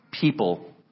people